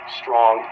strong